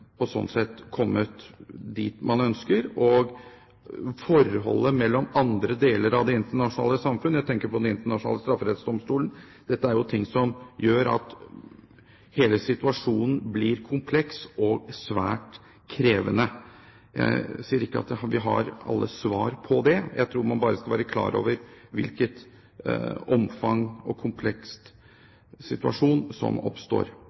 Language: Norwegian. sånn sett kommet dit man ønsker. Og forholdet mellom andre deler av det internasjonale samfunnet – jeg tenker på den internasjonale strafferettsdomstolen – er jo noe som gjør at hele situasjonen blir kompleks og svært krevende. Jeg sier ikke at vi har alle svar på det, jeg tror bare man skal være klar over omfanget og hvilken kompleks situasjon som oppstår.